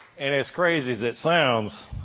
and as crazy as it sounds,